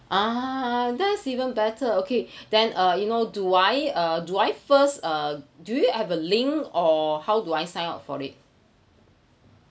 ah that's even better okay then uh you know do I uh do I first uh do you have a link or how do I sign up for it